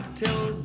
till